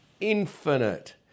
infinite